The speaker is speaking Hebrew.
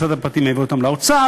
ומשרד המשפטים העביר אותן לאוצר.